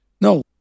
No